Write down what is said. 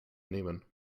nehmen